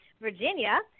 Virginia